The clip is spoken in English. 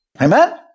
Amen